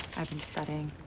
i've been studying.